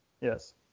Yes